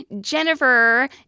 Jennifer